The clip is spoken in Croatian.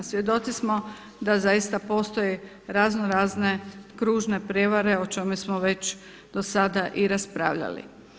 Svjedoci smo da zaista postoje raznorazne kružne prijevare o čemu smo već do sada i raspravljali.